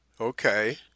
Okay